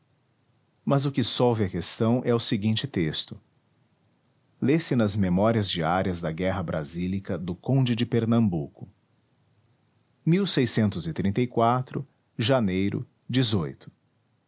mas o que solve a questão é o seguinte texto lê-se nas memórias diárias da guerra brasílica do conde de ernambuco a janeiro